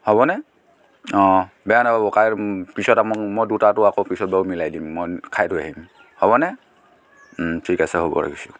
হ'বনে অ' বেয়া নাপাব কা পিছত ম মই দুটাটো আকৌ পিছত বাৰু মিলাই দিম মই খাই থৈ আহিম হ'বনে ঠিক আছে হ'ব ৰাখিছোঁ